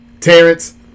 Terrence